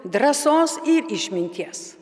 drąsos ir išminties